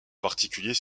particulier